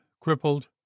crippled